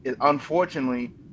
unfortunately